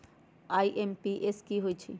IMPS की होईछइ?